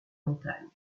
montagnes